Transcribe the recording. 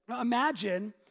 Imagine